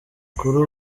kuri